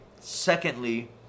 secondly